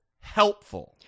helpful